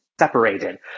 separated